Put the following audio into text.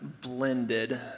blended